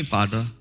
Father